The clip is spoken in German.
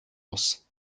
muss